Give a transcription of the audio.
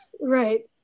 right